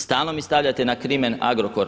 Stalno mi stavljate na krimen Agrokor.